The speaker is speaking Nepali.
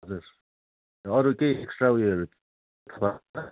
हजुर अरू केही एक्सट्रा उयोहरू छ होला